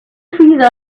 trees